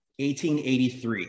1883